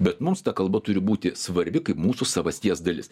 bet mums ta kalba turi būti svarbi kaip mūsų savasties dalis